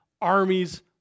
armies